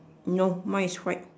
no mine is white